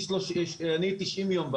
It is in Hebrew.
זה 90 ימים.